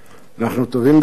אנחנו טובים בדיבורים,